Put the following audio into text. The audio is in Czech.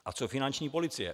A co finanční policie?